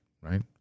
right